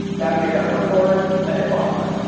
navigate down to record, and hit modify.